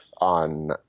on